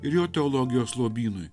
ir jo teologijos lobynui